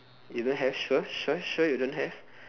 you don't have sure sure sure sure you don't have